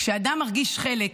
כשאדם מרגיש חלק,